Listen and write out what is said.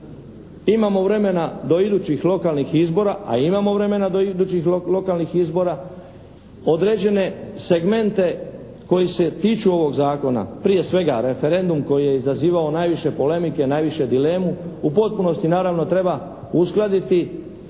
imamo vremena do idućih lokalnih izbora", a imamo vremena do idućih lokalnih izbora. Određene segmente koji se tiču ovog Zakona, prije svega referendum koji je izazivao najviše polemike, najviše dilemu, u potpunosti naravno treba uskladiti